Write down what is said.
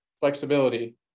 flexibility